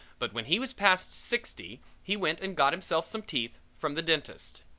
but when he was past sixty he went and got himself some teeth from the dentist.